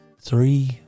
three